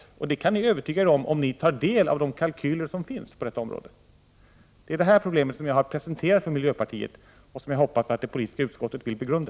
Det kan ni i miljöpartiet övertyga er om om ni tar del av de kalkyler som finns på detta område. Det är detta problem som jag har presenterat för miljöpartiet och som jag hoppas att det politiska utskottet vill begrunda.